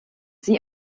sie